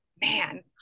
man